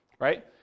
right